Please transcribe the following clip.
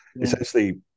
Essentially